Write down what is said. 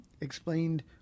explained